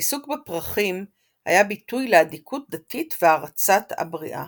העיסוק בפרחים היה ביטוי לאדיקות דתית והערצת הבריאה.